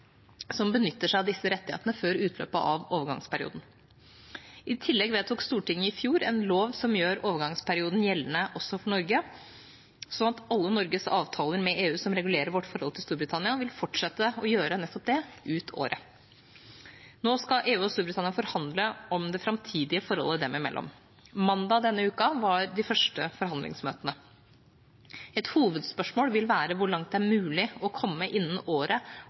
som benytter seg av disse rettighetene før utløpet av overgangsperioden. I tillegg vedtok Stortinget i fjor en lov som gjør overgangsperioden gjeldende også for Norge, slik at alle Norges avtaler med EU som regulerer vårt forhold til Storbritannia, vil fortsette å gjøre nettopp det ut året. Nå skal EU og Storbritannia forhandle om det framtidige forholdet dem imellom. Mandag denne uka var de første forhandlingsmøtene. Et hovedspørsmål vil være hvor langt det er mulig å komme innen året